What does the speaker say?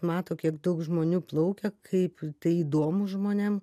mato kiek daug žmonių plaukia kaip tai įdomu žmonėm